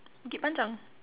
Bukit-Panjang